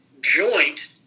joint